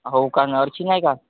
हो का न अर्ची नाही का